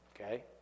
Okay